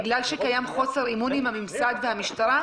בגלל שקיים חוסר אמון בממסד ובמשטרה,